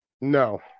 No